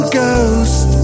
ghost